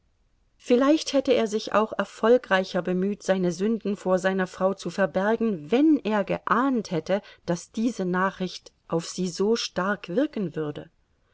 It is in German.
vielleicht hätte er sich auch erfolgreicher bemüht seine sünden vor seiner frau zu verbergen wenn er geahnt hätte daß diese nachricht auf sie so stark wirken würde